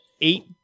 eight